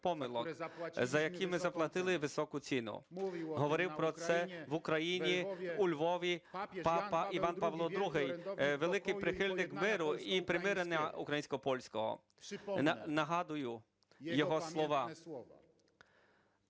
за які ми заплатили високу ціну. Говорив про це в Україні у Львові папа Іван Павло II – великий прихильник миру і примирення українсько-польського. Нагадую його слова: